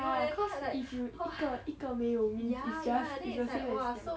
ya cause if you 一个一个没有 means it's just it's the same as